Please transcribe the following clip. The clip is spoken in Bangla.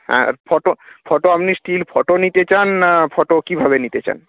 হ্যাঁ ফটো ফটো আপনি স্টিল ফটো নিতে চান না ফটো কীভাবে নিতে চান